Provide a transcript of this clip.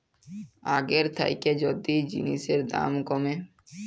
আগের থ্যাইকে যদি জিলিসের দাম ক্যমে